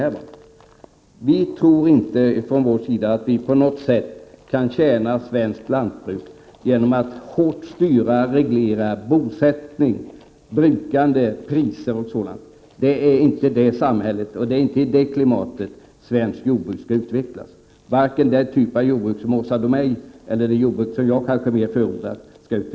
Vi moderater tror inte att staten på något sätt kan tjäna svenskt lantbruk genom att hårt styra och reglera bosättning, brukande, priser och sådant. Det är inte i det samhället, inte i det klimatet svenskt jordbruk skall utvecklas, varken den typ av jordbruk som Åsa Domeij vill ha eller det jordbruk som jag mer förordar.